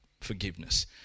forgiveness